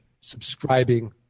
subscribing